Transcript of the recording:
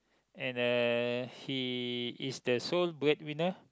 and uh he is the sole breadwinner